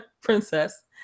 Princess